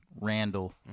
Randall